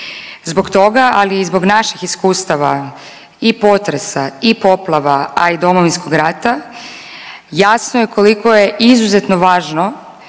Zbog toga, ali i zbog naših iskustava i potresa i poplava, a i Domovinskog rata jasno je koliko je izuzetno važno